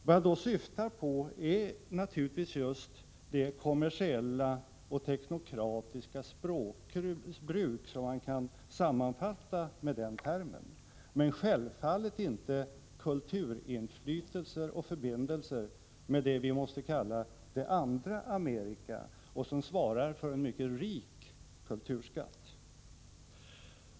Det jag då syftar på är naturligtvis just det kommersiella och teknokratiska språkbruk som man kan sammanfatta med den termen, men självfallet gäller det inte kulturinflytelser och förbindelser med det vi måste kalla det andra Amerika, som svarar för en mycket rik kulturskatt.